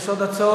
יש עוד הצעות?